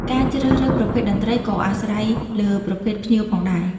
ការជ្រើសរើសប្រភេទតន្ត្រីក៏អាស្រ័យលើប្រភេទភ្ញៀវផងដែរ។